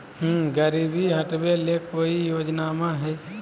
गरीबी हटबे ले कोई योजनामा हय?